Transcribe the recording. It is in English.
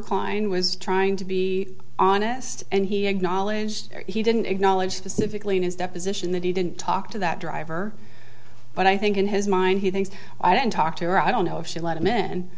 klein was trying to be honest and he acknowledged he didn't acknowledge pacifically in his deposition that he didn't talk to that driver but i think in his mind he thinks i don't talk to her i don't know if she let him in and